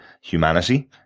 humanity